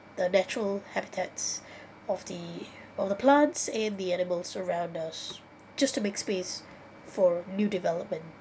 the natural habitats of the of the plants and the animals around us just to make space for new development